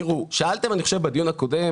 תיראו, שאלתם בדיון הקודם